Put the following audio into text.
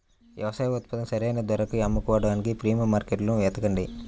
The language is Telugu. వ్యవసాయ ఉత్పత్తులను సరైన ధరకి అమ్ముకోడానికి ప్రీమియం మార్కెట్లను వెతకండి